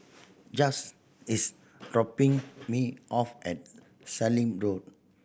Jett's is dropping me off at Sallim Road